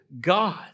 God